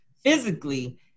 physically